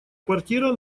квартира